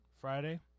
Friday